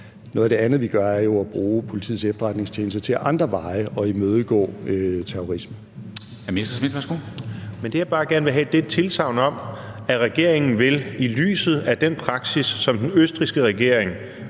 Noget af det andet, vi gør, er jo at bruge Politiets Efterretningstjeneste til ad andre veje at imødegå terrorisme.